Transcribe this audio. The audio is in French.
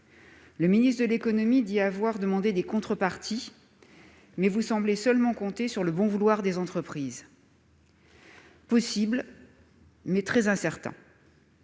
Le ministre de l'économie prétend avoir demandé des contreparties, mais vous semblez seulement compter sur le bon vouloir des entreprises- possible, mais très incertain.